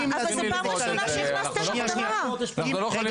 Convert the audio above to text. אבל זו פעם ראשונה שהכנסת את --- רגע,